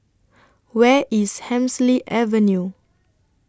Where IS Hemsley Avenue